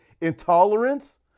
intolerance